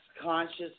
conscious